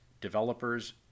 developers